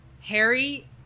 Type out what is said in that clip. Harry